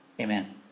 Amen